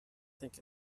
think